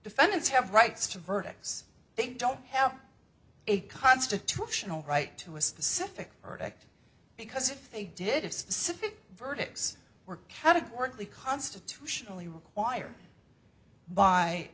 defendants have rights to verdicts they don't have a constitutional right to a specific verdict because if they did have specific verdicts were categorically constitutionally required by